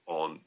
on